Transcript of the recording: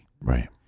Right